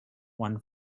one